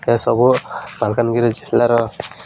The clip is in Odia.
ଏସବୁ ମାଲକାନଗିରି ଜିଲ୍ଲାର